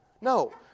No